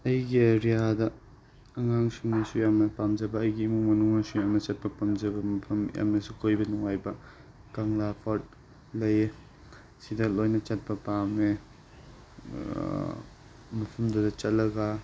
ꯑꯩꯒꯤ ꯑꯦꯔꯤꯌꯥꯗ ꯑꯉꯥꯡꯁꯤꯡꯅꯁꯨ ꯌꯥꯝꯅ ꯄꯥꯝꯖꯕ ꯑꯩꯒꯤ ꯏꯃꯨꯡ ꯃꯅꯨꯡꯅꯁꯨ ꯌꯥꯝꯅ ꯆꯠꯄ ꯄꯥꯝꯖꯕ ꯃꯐꯝ ꯌꯥꯝꯅꯁꯨ ꯀꯣꯏꯕ ꯅꯨꯡꯉꯥꯏꯕ ꯀꯪꯂꯥꯄꯥꯠ ꯂꯩꯌꯦ ꯁꯤꯗ ꯂꯣꯏꯅ ꯆꯠꯄ ꯄꯥꯝꯃꯦ ꯃꯐꯝꯗꯨꯗ ꯆꯠꯂꯒ